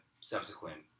subsequent